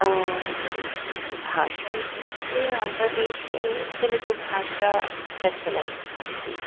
भाषा इत्युक्ते आन्ध्रदेशे तेलुगुभाषाप्रचलम् अस्ति